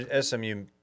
SMU